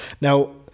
Now